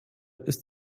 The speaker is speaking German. ist